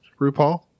RuPaul